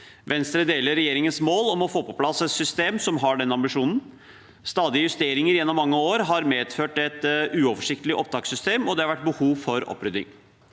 Venstre deler regjeringens mål om å få på plass et system som har den ambisjonen. Stadige justeringer gjennom mange år har medført et uoversiktlig opptakssystem, og det har vært behov for opprydding.